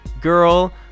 girl